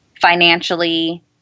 financially